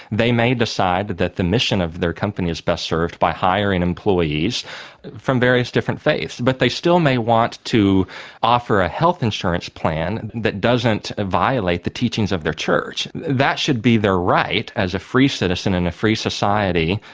they may decide that the mission of their company is best served by hiring employees from various different faiths. but they still may want to offer a health insurance plan that doesn't violate the teachings of their church. that should be their right as a free citizen in a free society,